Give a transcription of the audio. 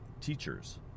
teachers